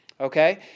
okay